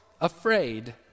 Afraid